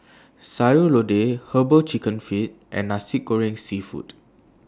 Sayur Lodeh Herbal Chicken Feet and Nasi Goreng Seafood